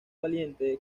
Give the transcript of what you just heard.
valiente